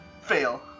Fail